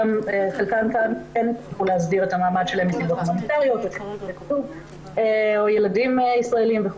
חלקם הצליחו להסדיר את המעמד שלהם מסיבות הומניטריות או ילדים ישראלים.